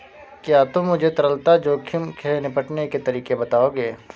क्या तुम मुझे तरलता जोखिम से निपटने के तरीके बताओगे?